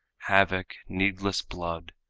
havoc, needless blood,